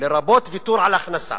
לרבות ויתור על הכנסה",